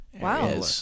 Wow